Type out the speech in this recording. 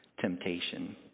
temptation